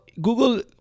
google